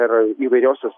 ir įvairiausius